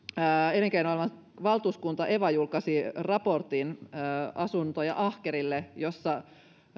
elinkeinoelämän valtuuskunta eva julkaisi raportin asuntoja ahkerille jossa